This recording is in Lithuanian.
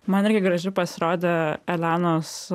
man irgi graži pasirodė elenos